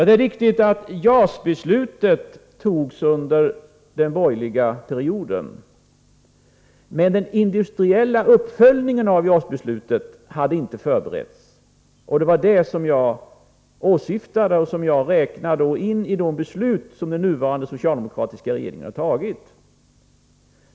Det är riktigt att JAS-beslutet fattades under den borgerliga perioden. Men den industriella uppföljningen av det beslutet hade inte förberetts. Det var det som jag räknade in i de beslut som den nuvarande socialdemokratiska regeringen hade fattat.